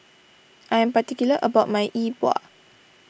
I am particular about my Yi Bua